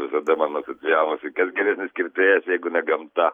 visada man asocijavosi kas geresnis kirtėjas jeigu ne gamta